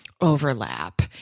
overlap